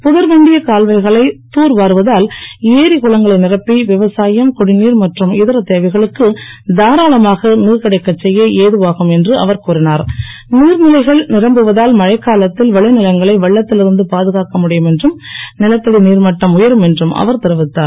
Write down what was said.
புதர் மண்டிய கால்வாய்களை தூர்வார்வதால் ஏரிக் குளங்களை நிரப்பி விவசாயம் குடிநீர் மற்றும் இதர தேவைகளுக்கு தாராளமாக நீர் கிடைக்கச் செய்ய ஏதுவாகும் என்று அவர் கூறினார் நீர்நிலைகள் நிரம்புவதால் மழைக்காலத்தில் விளைநிலங்களை வெள்ளத்தில் இருந்து பாதுகாக்க முடியும் என்றும் நிலத்தடி நீர் மட்டம் உயரும் என்றும் அவர் தெரிவித்தார்